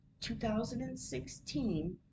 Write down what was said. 2016